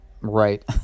right